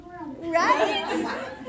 right